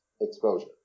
exposure